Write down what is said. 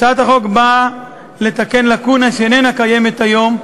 הצעת החוק באה לתקן לקונה, דבר שאיננו קיים היום,